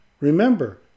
remember